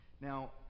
now